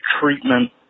Treatment